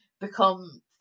become